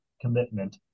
commitment